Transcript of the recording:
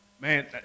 Man